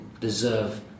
deserve